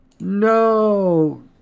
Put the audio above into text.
No